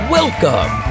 Welcome